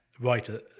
writer